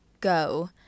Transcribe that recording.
go